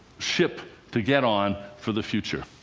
ship to get on for the future.